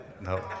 No